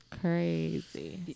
crazy